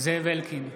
זאב אלקין,